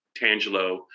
Tangelo